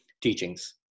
teachings